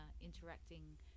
interacting